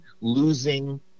losing